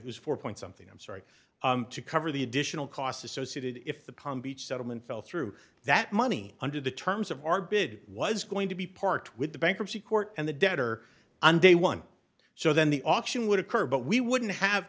was four point something i'm sorry to cover the additional costs associated if the palm beach settlement fell through that money under the terms of our bid was going to be parked with the bankruptcy court and the debtor on day one so then the auction would occur but we wouldn't have